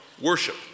worship